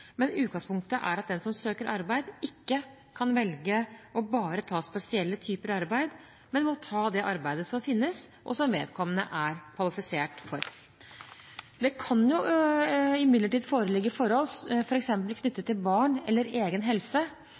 men utgangspunktet er at den som søker arbeid, ikke kan velge bare å ta spesielle typer arbeid, men må ta det arbeidet som finnes, og som vedkommende er kvalifisert for. Det kan imidlertid foreligge forhold, f.eks. knyttet til barn eller egen helse,